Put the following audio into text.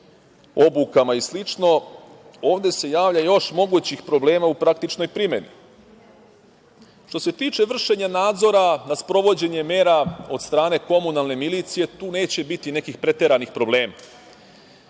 obukama i slično, ovde se javlja još mogućih problema u praktičnoj primeni. Što se tiče vršenja nadzora nad sprovođenjem mera od strane komunalne milicije tu neće biti nekih preteranih problema.